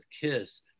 Kiss